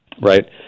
right